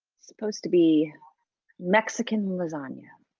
supposed to be mexican lasagna.